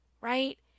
right